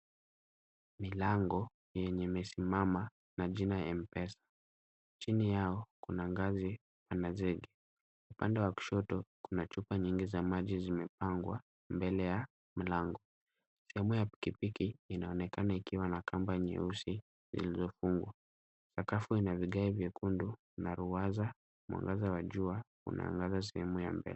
Milango yenye imesimama na jina mpesa. Chini yao kuna ngazi ya zege. Upande wa kushoto kuna chupa nyingi za maji zimepangwa mbele ya mlango. Sehemu ya pikipiki inaonekana ikiwa na kamba nyeusi iliyofungwa. Sakafu ina vigae vyekundu na ruwaza. Mwangaza wa jua unaangaza sehemu ya mbele.